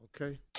Okay